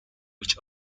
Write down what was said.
which